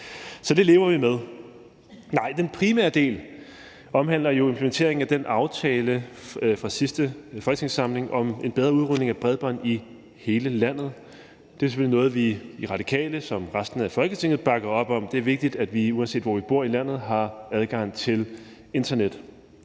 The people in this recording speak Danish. Så det lever vi med. Nej, den primære del omhandler jo implementeringen af aftalen fra sidste folketingssamling om en bedre udrulning af bredbånd i hele landet. Det er selvfølgelig noget, som vi i Radikale som resten af Folketinget bakker op om. Det er vigtigt, at vi, uanset hvor vi bor i landet, har adgang til internet.